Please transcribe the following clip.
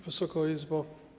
Wysoka Izbo!